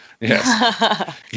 yes